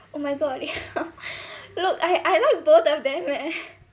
oh my god ya look I I like both of them leh